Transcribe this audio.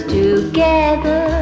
together